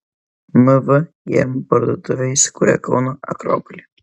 mv gėrimų parduotuvė įsikūrė kauno akropolyje